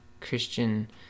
Christian